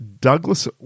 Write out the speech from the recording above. Douglas